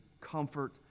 comfort